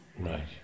Right